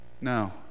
no